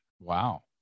Wow